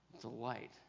delight